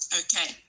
okay